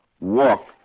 walk